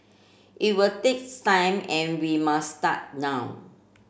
it will takes time and we must start now